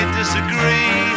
disagree